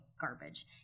garbage